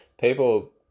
People